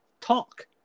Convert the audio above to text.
talk